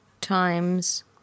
times